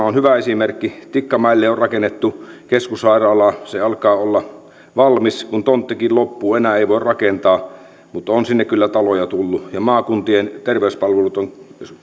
on hyvä esimerkki tikkamäelle on rakennettu keskussairaalaa se alkaa olla valmis kun tonttikin loppuu enää ei voi rakentaa mutta on sinne kyllä taloja tullut ja maakuntien terveyspalvelut ovat